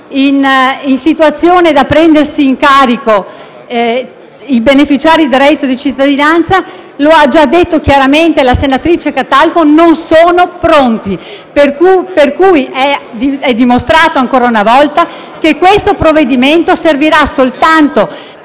in condizione di prendersi in carico i beneficiari del reddito di cittadinanza, come ha già detto chiaramente la senatrice Catalfo, non sono pronte. Ciò dimostra ancora una volta che il provvedimento servirà soltanto